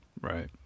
Right